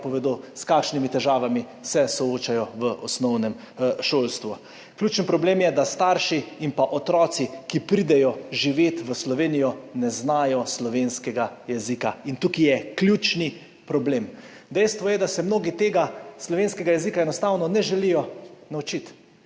povedo, s kakšnimi težavami se soočajo v osnovnem šolstvu. Ključen problem je, da starši in pa otroci, ki pridejo živet v Slovenijo, ne znajo slovenskega jezika. In tukaj je ključni problem. Dejstvo je, da se mnogi tega slovenskega jezika enostavno ne želijo naučiti.